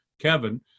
Kevin